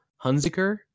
Hunziker